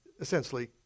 essentially